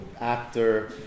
actor